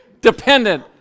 dependent